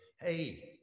hey